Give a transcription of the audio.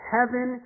Heaven